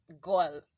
goal